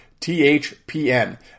THPN